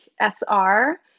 SR